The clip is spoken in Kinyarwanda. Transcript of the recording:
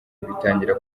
bitangira